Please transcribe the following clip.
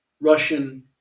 Russian